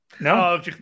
no